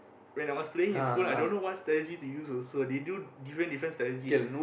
when I was playing his phone I don't know what strategy to use also they do different different strategy